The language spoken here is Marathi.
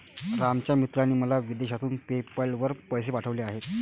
रामच्या मित्राने मला विदेशातून पेपैल वर पैसे पाठवले आहेत